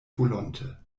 volonte